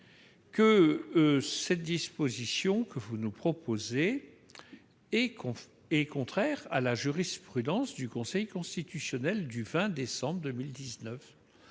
que la disposition que vous nous proposez est contraire à la jurisprudence du Conseil constitutionnel du 20 décembre 2019,